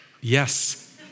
Yes